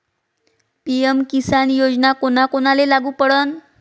PM किसान योजना कोना कोनाले लागू पडन?